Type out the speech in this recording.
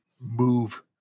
move